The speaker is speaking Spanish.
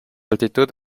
altitud